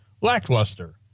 lackluster